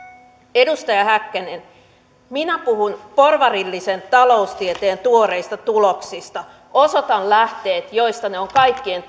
edustaja häkkänen minä puhun porvarillisen taloustieteen tuoreista tuloksista osoitan lähteet joista ne ovat kaikkien